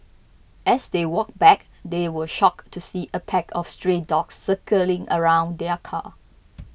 as they walked back they were shocked to see a pack of stray dogs circling around their car